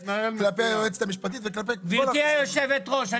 כלפי היועצת המשפטית וכלפי כל -- גברתי יושבת הראש,